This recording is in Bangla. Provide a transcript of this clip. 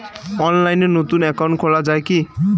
অনলাইনে নতুন একাউন্ট খোলা য়ায় কি?